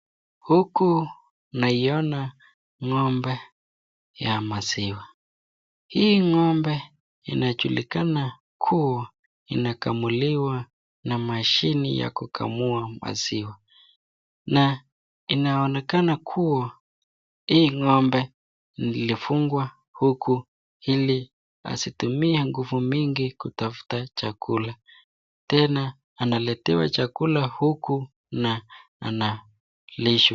Huku naiona ng'ombe ya maziwa. Hii ng'ombe inajulikana kuwa inakamuliwa na mashine ya kukamua maziwa na inaonekana kuwa hii ng'ombe ilifungwa huku ili asitumie nguvu mingi kutafuta chakula tena analetewa chakula huku na analishwa.